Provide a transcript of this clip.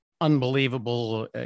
unbelievable